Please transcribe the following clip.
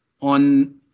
on